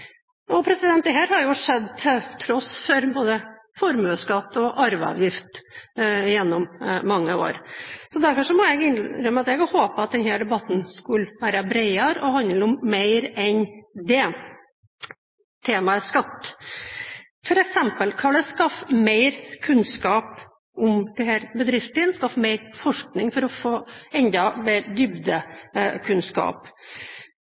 har skjedd til tross for både formuesskatt og arveavgift gjennom mange år. Derfor må jeg innrømme at jeg hadde håpet at denne debatten skulle være bredere og handle om mer enn temaet skatt. For eksempel: Hvordan kan man skaffe mer kunnskap om disse bedriftene, skaffe mer forskning for å få enda mer dybdekunnskap?